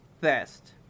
best